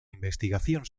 investigación